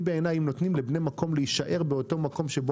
אם נותנים לבני מקום להישאר במקום בו